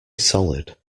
solid